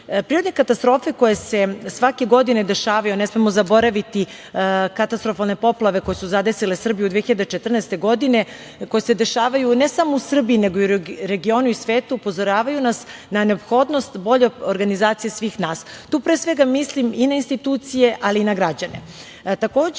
način. Prirodne katastrofe koje se svakodnevno dešavaju, a ne smemo zaboraviti katastrofalne poplave koje su zadesile Srbiju 2014. godine, koje se dešavaju ne samo u Srbiji, nego i u regionu i u svetu, upozoravaju nas na neophodnost bolje organizacije svih nas. Tu, pre svega, mislim i na institucije, ali i na građane. Takođe,